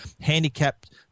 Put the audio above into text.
handicapped